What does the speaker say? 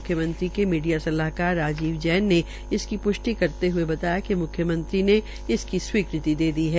म्ख्यमंत्री के मीडिया सलाहकार राजीव जैन ने इसकी प्ष्टि करते हए बताया कि मुख्यमंत्री ने इसी स्वीकृति दे दी है